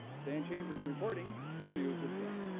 stan chambers reporting, for news at ten.